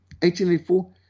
1884